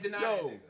Yo